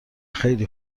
خیلی